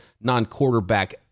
non-quarterback